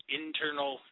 internal